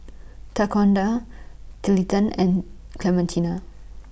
and Clementina